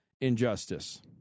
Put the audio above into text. injustice